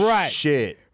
Right